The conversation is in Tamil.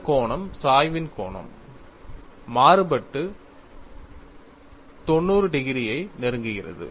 இந்த கோணம் சாய்வின் கோணம் மாறுபட்டு 90 டிகிரியை நெருங்குகிறது